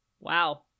Wow